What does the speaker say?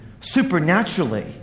supernaturally